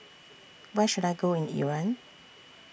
Where should I Go in Iran